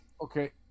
Okay